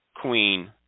queen